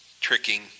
tricking